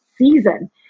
season